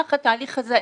במהלך התהליך הזה,